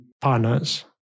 partners